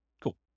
Cool